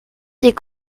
des